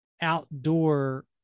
outdoor